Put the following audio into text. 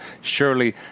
surely